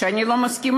ואני לא מסכימה.